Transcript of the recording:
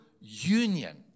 union